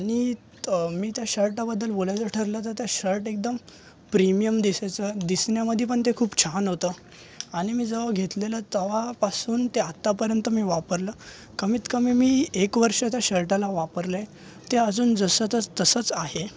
आणि मी त्या शर्टाबद्दल बोलायचं ठरलं तर ते शर्ट एकदम प्रीमियम दिसायचं दिसण्यामध्ये पण ते खूप छान होतं आणि मी जेव्हा घेतलेलं तेव्हापासून ते आतापर्यंत मी वापरलं कमीत कमी मी एक वर्ष त्या शर्टाला वापरलं आहे ते अजून जसंच्या तसंच आहे